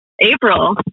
April